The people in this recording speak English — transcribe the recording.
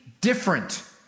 different